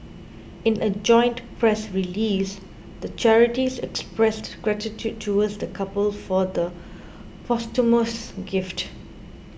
in a joint press release the charities expressed gratitude towards the couple for the posthumous gift